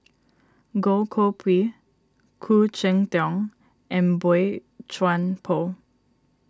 Goh Koh Pui Khoo Cheng Tiong and Boey Chuan Poh